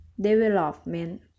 Development